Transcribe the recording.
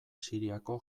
siriako